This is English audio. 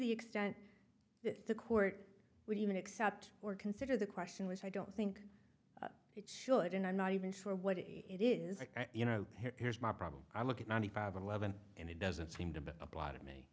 the extent that the court would even accept or consider the question which i don't think it should and i'm not even sure what it is you know here's my problem i look at ninety five eleven and it doesn't seem to apply to me